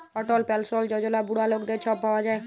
অটল পেলসল যজলা বুড়া লকদের ছব পাউয়া যায়